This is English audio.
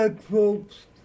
folks